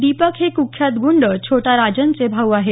दीपक हे कुख्यात गुंड छोटा राजनचे भाऊ आहेत